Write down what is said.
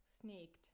sneaked